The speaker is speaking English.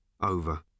over